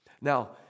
Now